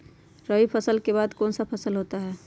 रवि फसल के बाद कौन सा फसल होता है?